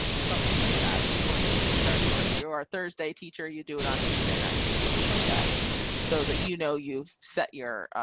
something like that before your week starts or if you are thursday teacher, you do it on tuesday nights or something like that so that you know you've set your